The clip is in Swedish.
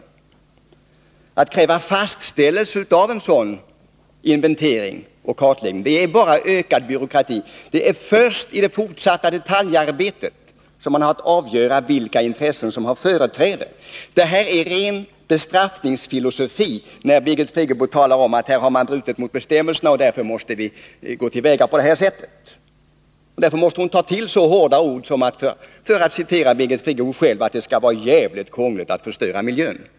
Men att kräva fastställelse av en sådan inventering och kartläggning innebär bara ökad byråkrati. Det är först i det fortsatta detaljarbetet som man har att avgöra vilka intressen som har företräde. Det är en ren bestraffningsfilosofi när Birgit Friggebo talar om att man här har brutit mot bestämmelserna och att vi därför måste gå till väga på detta sätt. Därför måste hon ta till så hårda ord som — för att citera Birgit Friggebo själv — att det ”skall vara djävligt krångligt att förstöra miljön”.